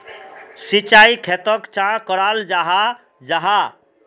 सिंचाई खेतोक चाँ कराल जाहा जाहा?